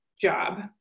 job